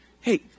Hey